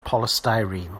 polystyrene